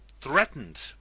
threatened